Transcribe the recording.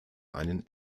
einen